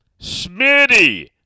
Smitty